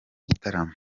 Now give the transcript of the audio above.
gitaramo